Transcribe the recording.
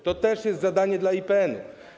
To też jest zadanie dla IPN-u.